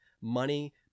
money